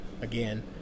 again